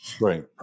Right